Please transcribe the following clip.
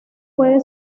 puede